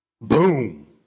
Boom